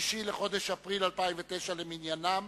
6 בחודש אפריל 2009 למניינם.